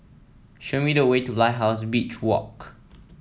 show me the way to Lighthouse Beach Walk